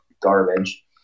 garbage